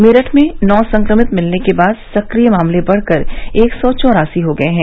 मेरठ में नौ संक्रमित मिलने के बाद सक्रिय मामले बढ़कर एक सौ चौरासी हो गए हैं